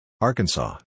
Arkansas